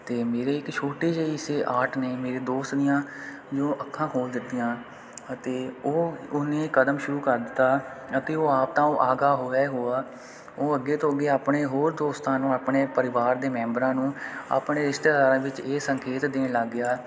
ਅਤੇ ਮੇਰੇ ਇੱਕ ਛੋਟੇ ਜਿਹੇ ਇਸ ਆਰਟ ਨੇ ਮੇਰੇ ਦੋਸਤ ਦੀਆਂ ਜੋ ਅੱਖਾਂ ਖੋਲ ਦਿੱਤੀਆਂ ਅਤੇ ਉਹ ਉਹਨੇ ਕਦਮ ਸ਼ੁਰੂ ਕਰ ਦਿੱਤਾ ਅਤੇ ਉਹ ਆਪ ਤਾਂ ਉਹ ਆਗਾਹ ਹੋਇਆ ਹੀ ਹੋਇਆ ਉਹ ਅੱਗੇ ਤੋਂ ਅੱਗੇ ਆਪਣੇ ਹੋਰ ਦੋਸਤਾਂ ਨੂੰ ਆਪਣੇ ਪਰਿਵਾਰ ਦੇ ਮੈਂਬਰਾਂ ਨੂੰ ਆਪਣੇ ਰਿਸ਼ਤੇਦਾਰਾਂ ਵਿੱਚ ਇਹ ਸੰਕੇਤ ਦੇਣ ਲੱਗ ਗਿਆ